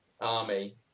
army